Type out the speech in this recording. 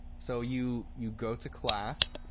so, you you go to class,